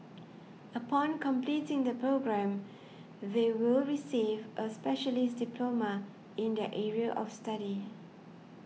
upon completing the programme they will receive a specialist diploma in their area of study